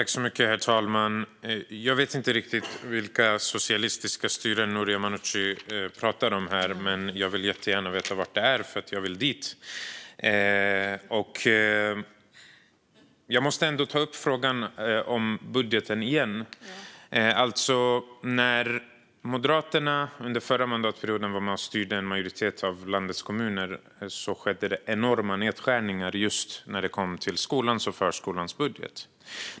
Herr talman! Jag vet inte riktigt vilka socialistiska styren Noria Manouchi pratade om. Jag vill dock jättegärna veta var de finns, för jag vill dit. Jag måste ta upp frågan om budgeten igen. När Moderaterna under förra mandatperioden styrde en majoritet av landets kommuner skedde det enorma nedskärningar på just förskola och skola.